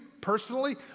personally